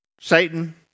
Satan